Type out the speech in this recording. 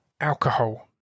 alcohol